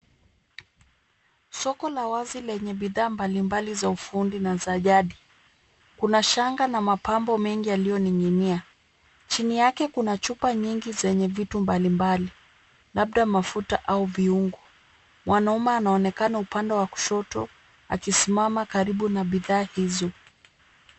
Soko la wazi lenye bidhaa mbali mbali za ufundi na za jadi. Kuna shanga na mapambo mengi yaliyoning'inia. Chini yake kuna chupa nyingi zenye vitu mbali mbali, labda mafuta au viungu. Mwanaume anaonekana upande wa kushoto akisimama karibu na bidhaa hizo.